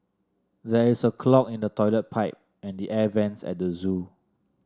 there is a clog in the toilet pipe and the air vents at the zoo